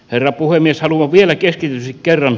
herra puhemies halua vielä kesken ensi kerran